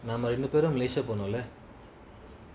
நாமரெண்டுபேரும்மலேசியாபோனோம்ல:nama renduperum malaysia ponomla